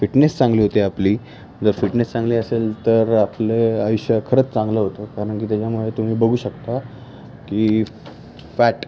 fitness चांगली होते आपली जर फिटनेस चांगली असेल तर आपलं आयुष्य खरंच चांगलं होतं कारण की त्याच्यामुळे तुम्ही बघू शकता की फॅट